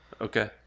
Okay